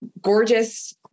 gorgeous